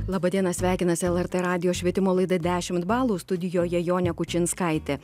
laba diena sveikinasi lrt radijo švietimo laida dešimt balų studijoje jonė kučinskaitė